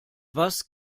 was